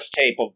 tape